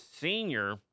senior